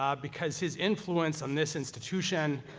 um because his influence on this institution,